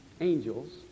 angels